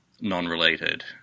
non-related